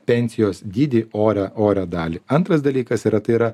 pensijos dydį orią orią dalį antras dalykas yra tai yra